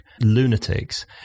lunatics